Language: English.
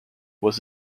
was